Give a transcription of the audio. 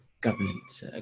governance